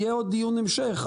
יהיה עוד דיון המשך,